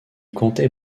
comptait